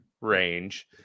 range